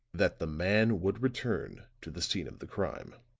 that the man would return to the scene of the crime.